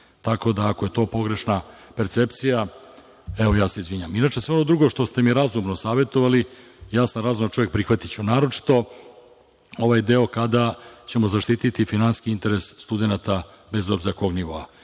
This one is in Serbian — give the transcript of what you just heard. Tako da, ako je to pogrešna percepcija, evo ja se izvinjavam. Inače, sve ovo drugo što ste mi razumno savetovali, ja sam razuman čovek, prihvatiću, a naročito ovaj deo kada ćemo zaštiti finansijski interes studenata, bez obzira kog nivoa